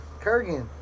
Kurgan